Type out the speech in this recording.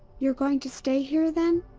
you're going to stay here, then?